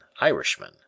Irishman